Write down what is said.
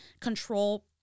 control